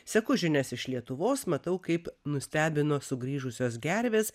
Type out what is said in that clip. seku žinias iš lietuvos matau kaip nustebino sugrįžusios gervės